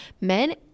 men